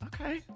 Okay